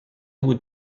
would